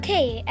Okay